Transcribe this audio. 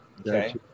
okay